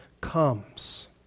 comes